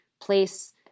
place